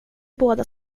båda